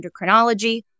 Endocrinology